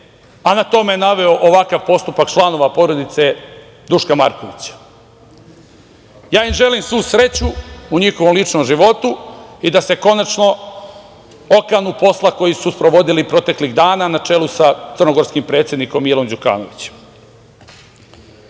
a na to me naveo ovakav postupak članova porodice Duška Markovića. Ja im želim svu sreću u njihovom ličnom životu i da se konačno okanu posla koji su sprovodili proteklih dana na čelu sa crnogorskim predsednikom Milom Đukanovićem. Što